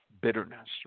bitterness